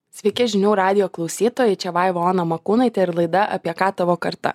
sveiki žinių radijo klausytojai čia vaiva ona makūnaitė ir laida apie ką tavo karta